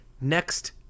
next